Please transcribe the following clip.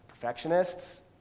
Perfectionists